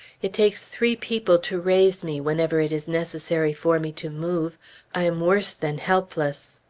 it takes three people to raise me whenever it is necessary for me to move i am worse than helpless.